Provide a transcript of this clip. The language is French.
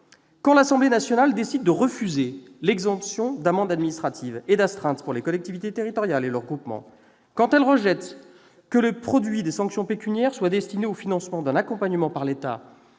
Quand l'Assemblée nationale décide de refuser l'exemption d'amendes administratives et d'astreintes pour les collectivités territoriales et leurs groupements, quand elle rejette la mesure visant à destiner le produit des sanctions pécuniaires au financement d'un accompagnement par l'État